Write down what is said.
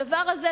הדבר הזה,